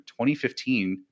2015